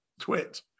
twit